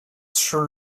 should